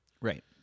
Right